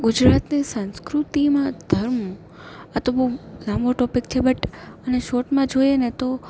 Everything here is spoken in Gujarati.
ગુજરાતની સંસ્કૃતિમાં ધર્મ આ તો બહુ લાંબો ટૉપિક છે બટ અને શોર્ટમાં જોઈએને તો